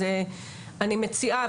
אז אני מציעה,